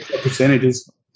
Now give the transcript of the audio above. percentages